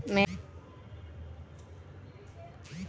మేత కోత యంత్రం పశుపోషకాలకు ఎంత సబ్సిడీ మీద ఇస్తారు?